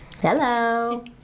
Hello